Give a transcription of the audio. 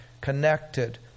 connected